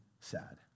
sad